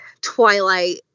Twilight